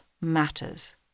matters